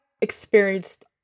experienced